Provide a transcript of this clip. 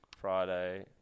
Friday